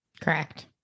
correct